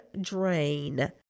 drain